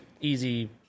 easy